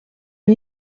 une